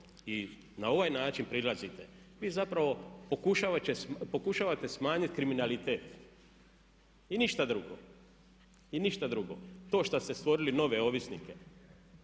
i na ovaj način prilazite vi zapravo pokušavate smanjiti kriminalitet i ništa drugo. To što ste stvorili nove ovisnike